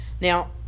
Now